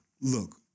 look